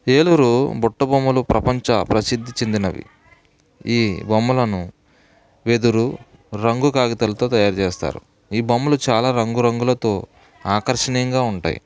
ఏలూరు బుట్ట బొమ్మలు ప్రపంచ ప్రసిద్ది చెందినవి ఈ బొమ్మలను వెదురు రంగుకాకితాలతో తయారు చేస్తారు ఈ బొమ్మలు చాల రంగు రంగులతో ఆకర్షణీయంగా ఉంటాయి